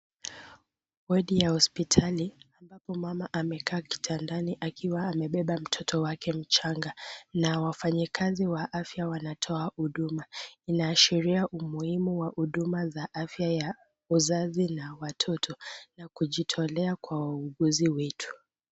Wadi ya hospitali ambapo mama amekaa kitandani akiwa amebeba mtoto wake mchanga na wafanyakazi wa afya wanatoa huduma. Inaashiria umuhimu wa huduma za afya ya uzazi la watoto na kujitolea kwa wauguzi wetu.